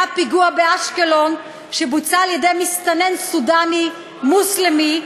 היה באשקלון פיגוע שבוצע על-ידי מסתנן סודאני מוסלמי,